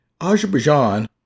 Azerbaijan